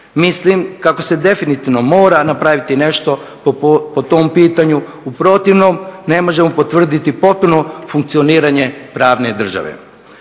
Mislim kako se definitivno mora napraviti nešto po tom pitanju, u protivnom ne možemo potvrditi potpuno funkcioniranje pravne države.